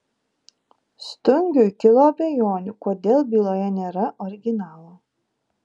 stungiui kilo abejonių kodėl byloje nėra originalo